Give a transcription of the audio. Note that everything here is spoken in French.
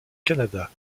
canada